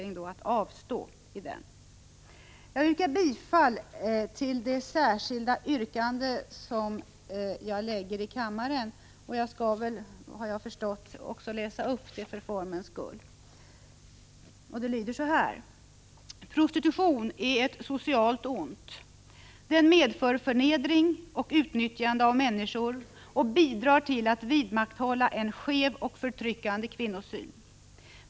Vi kommer att avstå i en eventuell votering. Jag yrkar bifall till det utdelade särskilda yrkandet, som har följande lydelse: Prostitution är ett socialt ont. Den medför förnedring och utnyttjande av människor och bidrar till att vidmakthålla en skev och förtryckande kvinnosyn.